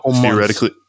theoretically